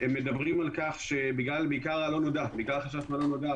הם מדברים על כך שבעיקר בגלל החשש מהלא נודע,